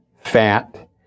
fat